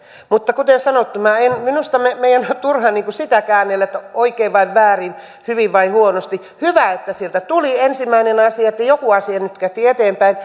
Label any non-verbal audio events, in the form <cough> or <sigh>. mutta kuten sanottu minusta meidän on turha sitä käännellä että oikein vai väärin hyvin vai huonosti hyvä että sieltä tuli ensimmäinen asia että joku asia nytkähti eteenpäin <unintelligible>